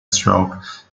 stroke